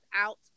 out